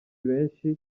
benshi